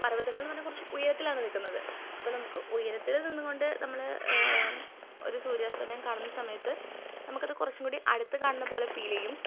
പർവ്വതങ്ങൾ എന്ന് പറഞ്ഞാൽ കുറച്ച് ഉയരത്തിലാണ് നിൽക്കുന്നത് അപ്പം നമുക്ക് ഉയരത്തിൽ നിന്നുകൊണ്ട് നമ്മൾ ഒരു സൂര്യാസ്തമയം കാണുന്ന സമയത്ത് നമുക്കത് കുറച്ചുകൂടി അടുത്ത് കാണുന്നത് പോലെ ഫീൽ ചെയ്യും